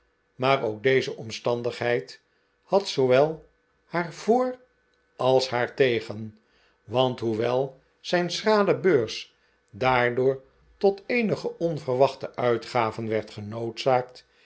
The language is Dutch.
maar ook deze omstandigheid had zoowel naar voor als naar tegen want hoewel zijn schrale beurs daardoor tot eenige onverwachte uitgaven werd